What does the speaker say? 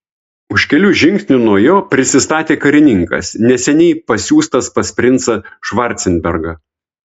už kelių žingsnių nuo jo prisistatė karininkas neseniai pasiųstas pas princą švarcenbergą